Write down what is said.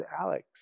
Alex